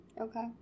Okay